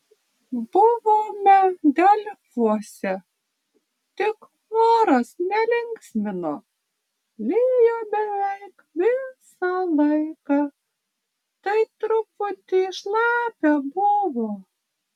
buvome delfuose tik oras nelinksmino lijo beveik visą laiką tai truputį šlapia buvo